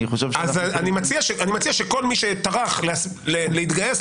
אני מציע שכל מי שטרח להתגייס,